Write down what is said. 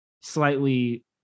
slightly